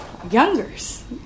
youngers